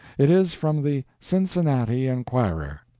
it is from the cincinnati enquirer